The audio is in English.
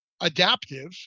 adaptive